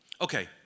Okay